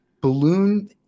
balloon